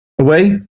away